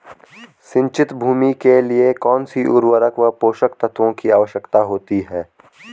सिंचित भूमि के लिए कौन सी उर्वरक व पोषक तत्वों की आवश्यकता होती है?